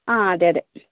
ആ അതെ അതെ